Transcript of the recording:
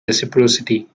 reciprocity